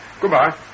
Goodbye